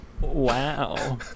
wow